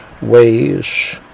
ways